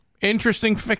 Interesting